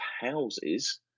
houses